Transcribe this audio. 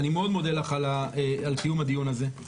אני מאוד מודה לך על קיום הדיון הזה.